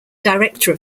director